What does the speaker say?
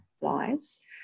lives